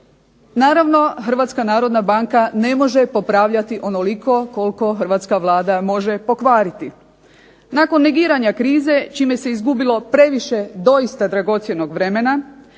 Naravno Hrvatska narodna banka ne može popravljati onoliko koliko hrvatska Vlada može pokvariti. Nakon negiranja krize čime se izgubilo previše doista dragocjenog vremena,